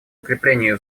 укреплению